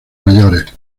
mayores